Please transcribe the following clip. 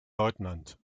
leutnant